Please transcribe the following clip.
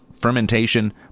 fermentation